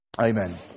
Amen